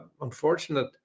unfortunate